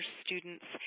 students